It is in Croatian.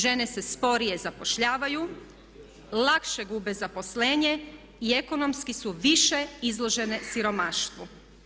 Žene se sporije zapošljavaju, lakše gube zaposlenje i ekonomski su više izložene siromaštvu.